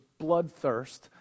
bloodthirst